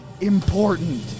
important